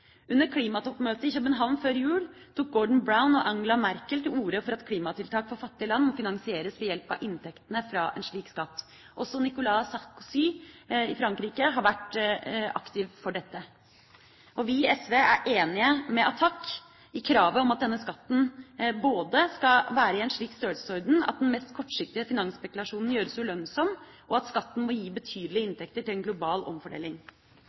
Under klimatoppmøtet i København før jul tok Gordon Brown og Angela Merkel til orde for at klimatiltak for fattige land må finansieres ved hjelp av inntektene fra en slik skatt. Også Nicolas Sarkozy i Frankrike har vært aktivt for dette. Vi i SV er enige med Attac i kravet om at denne skatten både skal være i en slik størrelsesorden at den mest kortsiktige finansspekulasjonen gjøres ulønnsom, og at skatten må gi betydelige inntekter til en global omfordeling.